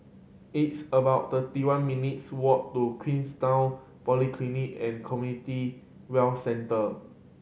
it's about thirty one minutes' walk to Queenstown Polyclinic and Community Well Centre